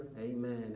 Amen